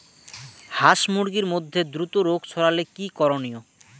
হাস মুরগির মধ্যে দ্রুত রোগ ছড়ালে কি করণীয়?